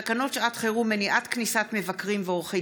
תקנות שעת חירום (מניעת כניסת מבקרים ועורכי